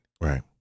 Right